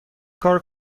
کار